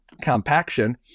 compaction